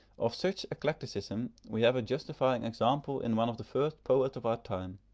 of such eclecticism we have a justifying example in one of the first poets of our time.